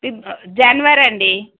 జనవరి అండి